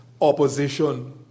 opposition